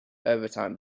overtime